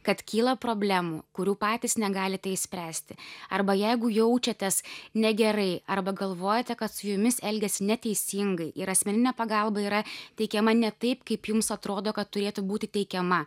kad kyla problemų kurių patys negalite išspręsti arba jeigu jaučiatės negerai arba galvojate kad su jumis elgiasi neteisingai ir asmeninė pagalba yra teikiama ne taip kaip jums atrodo kad turėtų būti teikiama